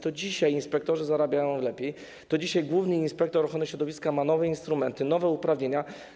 To dzisiaj inspektorzy zarabiają lepiej, to dzisiaj główny inspektor ochrony środowiska ma nowe instrumenty, nowe uprawnienia.